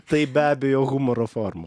tai be abejo humoro forma